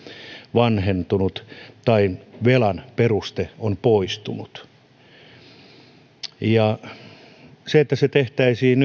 vanhentunut tai velan peruste on poistunut että se tehtäisiin